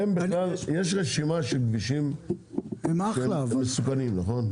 יש רשימה של כבישים מסוכנים, נכון?